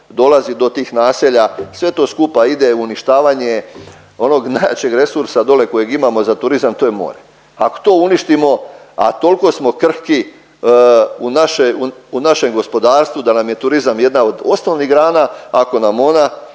dolazi do tih naselja. Sve to skupa ide u uništavanje onog najjačeg resursa dole kojeg imamo za turizam, to je more. Ako to uništimo, a toliko smo krhki u naše, u našem gospodarstvu da nam je turizam jedan od osnovnih grana. Ako nam ona,